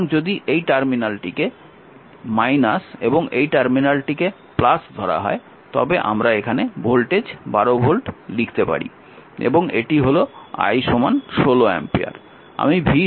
সুতরাং যদি এই টার্মিনালটিকে এবং এই টার্মিনালটিকে ধরা হয় তবে আমরা এখানে ভোল্টেজ 12 ভোল্ট লিখতে পারি এবং এটি হল I 16 অ্যাম্পিয়ার